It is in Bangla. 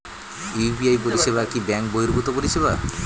ইউ.পি.আই পরিসেবা কি ব্যাঙ্ক বর্হিভুত পরিসেবা?